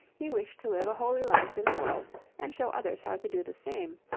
he wished to live a holy life in the world and show others how to do the same,